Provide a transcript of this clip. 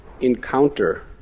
encounter